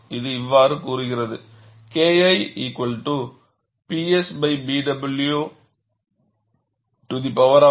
இது இவ்வாறு கூறுகிறது KiPSBw12 3aw12 1